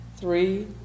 Three